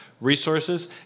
resources